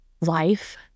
life